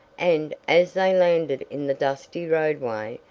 and, as they landed in the dusty roadway,